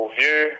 view